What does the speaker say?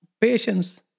Patience